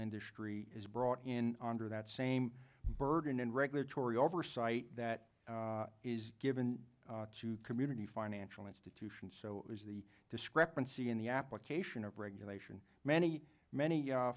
industry is brought in under that same burden and regulatory oversight that is given to community financial institutions so it was the discrepancy in the application of regulation many many